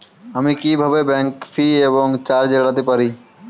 আমি কিভাবে bank fee এবং চার্জ এড়াতে পারি?